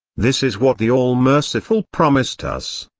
this is what the all-merciful promised us.